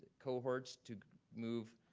cohorts to move,